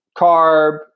carb